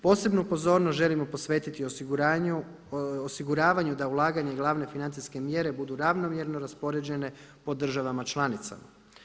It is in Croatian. Posebnu pozornost želimo posvetiti osiguravanju da ulaganje glavne financijske mjere budu ravnomjerno raspoređene po državama članicama.